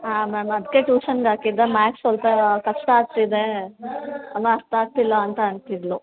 ಹಾಂ ಮ್ಯಾಮ್ ಅದಕ್ಕೆ ಟ್ಯೂಷನ್ಗೆ ಹಾಕಿದ್ದು ಮ್ಯಾತ್ಸ್ ಸ್ವಲ್ಪ ಕಷ್ಟ ಆಗ್ತಿದೆ ಏನೂ ಅರ್ಥ ಆಗ್ತಿಲ್ಲ ಅಂತ ಅಂತಿದ್ಲು